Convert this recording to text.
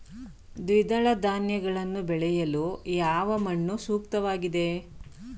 ದ್ವಿದಳ ಧಾನ್ಯಗಳನ್ನು ಬೆಳೆಯಲು ಯಾವ ಮಣ್ಣು ಸೂಕ್ತವಾಗಿದೆ?